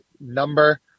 number